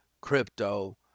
crypto